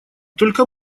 только